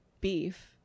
beef